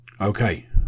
Okay